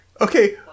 Okay